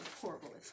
horrible